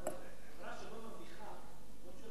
חברה שלא מרוויחה לא משלמת מס.